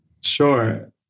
Sure